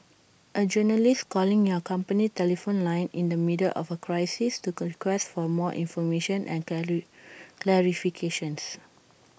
A journalist calling your company telephone line in the middle of A crisis to request for more information and clarifications